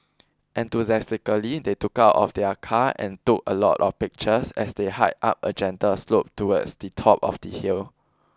enthusiastically they took out of their car and took a lot of pictures as they hiked up a gentle slope towards the top of the hill